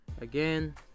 again